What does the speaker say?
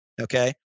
okay